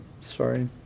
sorry